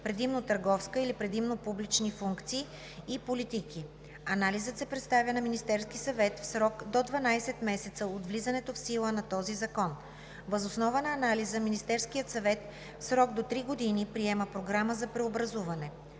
предимно търговска или предимно публични функции и политики. Анализът се представя на Министерския съвет в срок до 12 месеца от влизането в сила на закона. Въз основа на анализа Министерският съвет в срок до три години приема програма за преобразуване.